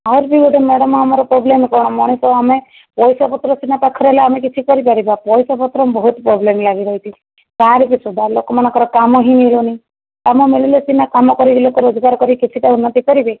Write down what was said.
ଆହୁରି ବି ଗୋଟିଏ ମ୍ୟାଡ଼ାମ ଆମର ପ୍ରୋବ୍ଲେମ୍ କଣ ମଣିଷ ଆମେ ପଇସା ପତ୍ର ସିନା ପାଖରେ ହେଲେ ଆମେ କିଛି କରିପାରିବା ପଇସା ପତ୍ର ବହୁତ ପ୍ରୋବ୍ଲେମ୍ ଲାଗି ରହିଛି ଗାଁରେ ବି ଲୋକମାନଙ୍କର କାମ ହିଁ ମିଳୁନି କାମ ମିଳିଲେ ସିନା କାମ କରିକି ଲୋକ ରୋଜଗାର କରି କିଛିଟା ଉନ୍ନତି କରିବେ